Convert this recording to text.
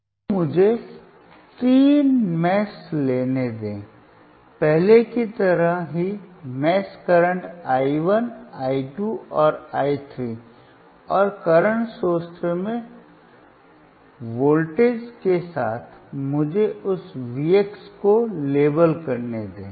तो मुझे तीन मेष लेने दें पहले की तरह ही मेष करंट i 1 i 2 और i 3 और करंट सोर्स में वोल्टेज के साथ मुझे उस V x को लेबल करने दें